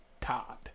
Todd